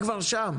לומר: אתם כבר שם,